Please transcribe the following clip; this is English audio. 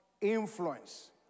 influence